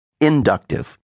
inductive